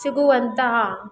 ಸಿಗುವಂತಹ